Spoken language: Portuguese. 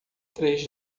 três